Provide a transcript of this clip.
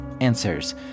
answers